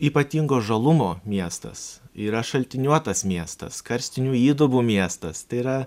ypatingo žalumo miestas yra šaltiniuotas miestas karstinių įdubų miestas tai yra